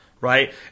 right